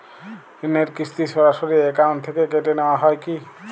ঋণের কিস্তি সরাসরি অ্যাকাউন্ট থেকে কেটে নেওয়া হয় কি?